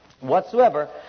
Whatsoever